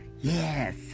Yes